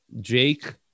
Jake